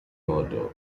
order